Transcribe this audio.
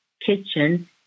kitchen